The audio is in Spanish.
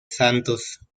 santos